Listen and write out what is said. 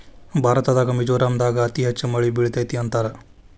ಭಾರತದಾಗ ಮಿಜೋರಾಂ ದಾಗ ಅತಿ ಹೆಚ್ಚ ಮಳಿ ಬೇಳತತಿ ಅಂತಾರ